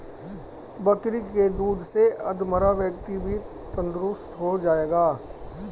बकरी के दूध से अधमरा व्यक्ति भी तंदुरुस्त हो जाएगा